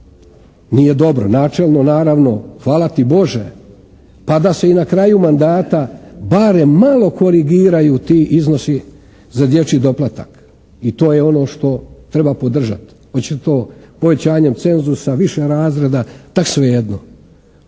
nije dobro, načelno naravno hvala ti Bože pa da se i na kraju mandata barem malo korigiraju ti iznosi za dječji doplatak? I to je ono što treba podržati. Hoće li to povećanjem cenzusa, više razreda, tak svejedno.